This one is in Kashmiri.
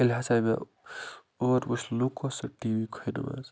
ییٚلہِ ہسا مےٚ اوٚن وٕچھ لوٗکو سُہ ٹی وی کھوٚنہِ منٛز